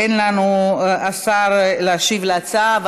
אין לנו שר להשיב להצעה,